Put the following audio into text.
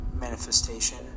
manifestation